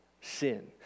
sin